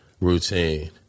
routine